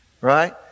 right